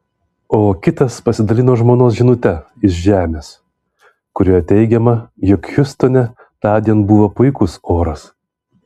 o kitas pasidalino žmonos žinute iš žemės kurioje teigiama jog hjustone tądien buvo puikus oras